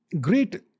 great